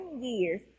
years